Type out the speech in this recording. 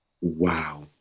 wow